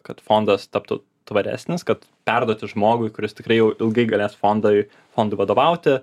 kad fondas taptų tvaresnis kad perduoti žmogui kuris tikrai jau ilgai galės fondui fondui vadovauti